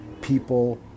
people